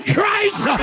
Christ